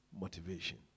motivation